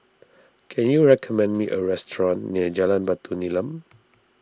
can you recommend me a restaurant near Jalan Batu Nilam